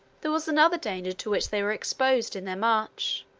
there was another danger to which they were exposed in their march,